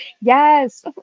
Yes